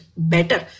Better